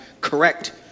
correct